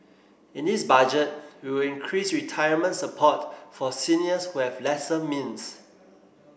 in this Budget we will increase retirement support for seniors who have lesser means